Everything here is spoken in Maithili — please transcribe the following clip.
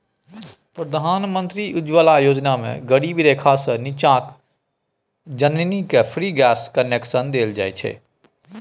प्रधानमंत्री उज्जवला योजना मे गरीबी रेखासँ नीच्चाक जनानीकेँ फ्री गैस कनेक्शन देल जाइ छै